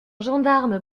gendarme